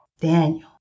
Daniel